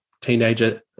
teenager